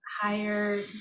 higher